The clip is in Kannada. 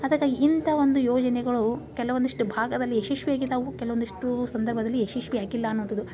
ಅದಕ್ಕಾಗಿ ಇಂಥ ಒಂದು ಯೋಜನೆಗಳು ಕೆಲವೊಂದಿಷ್ಟು ಭಾಗದಲ್ಲಿ ಯಶಸ್ವಿಯಾಗಿ ನಾವು ಕೆಲವೊಂದಿಷ್ಟು ಸಂದರ್ಭದಲ್ಲಿ ಯಶಸ್ವಿ ಆಗಿಲ್ಲ ಅನ್ನುವಂಥದ್ದು